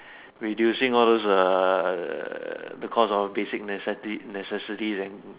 reducing all those err the cost of basic necess~ necessity then